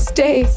Stay